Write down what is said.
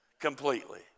completely